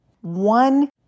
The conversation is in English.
one